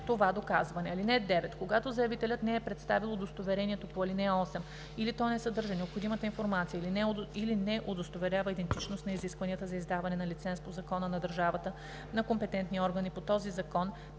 това доказване. (9) Когато заявителят не е представил удостоверението по ал. 8 или то не съдържа необходимата информация, или не удостоверява идентичност на изискванията за издаване на лиценз по закона на държавата на компетентния орган и по този закон,